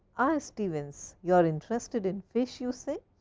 stevens, you are interested in fish, you say.